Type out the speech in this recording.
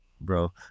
bro